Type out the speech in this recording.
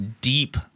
deep